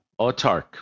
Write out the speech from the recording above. Autark